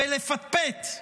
בלפטפט,